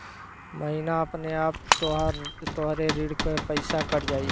महीना अपने आपे तोहरे ऋण के पइसा कट जाई